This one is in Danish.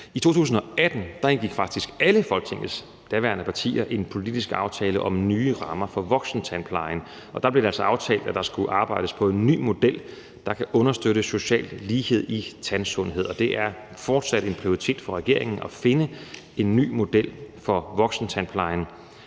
I 2018 indgik alle Folketingets daværende partier faktisk en politisk aftale om nye rammer for voksentandplejen, og der blev det altså aftalt, at der skulle arbejdes på en ny model, der kan understøtte social lighed i tandsundhed, og det er fortsat en prioritering for regeringen at finde en ny model for voksentandplejen.